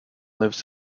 lives